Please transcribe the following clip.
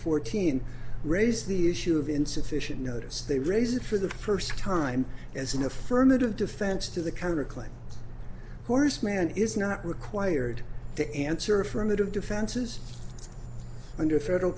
fourteen raise the issue of insufficient notice they raise it for the first time as an affirmative defense to the counter claim horace mann is not required to answer affirmative defenses under federal